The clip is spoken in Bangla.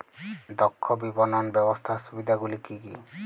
দক্ষ বিপণন ব্যবস্থার সুবিধাগুলি কি কি?